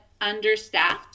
understaffed